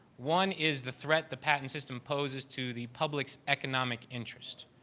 one is the threat the patent system poses to the public's economic interest.